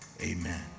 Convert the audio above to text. amen